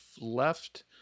left